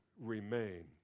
remain